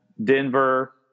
Denver